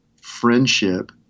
friendship